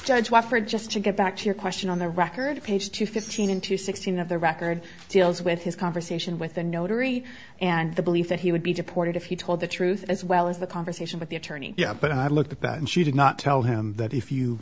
judge walker just to get back to your question on the record page two fifteen to sixteen of the record deals with his conversation with the notary and the belief that he would be deported if he told the truth as well as the conversation with the attorney yeah but i looked at that and she did not tell him that if you